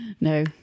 No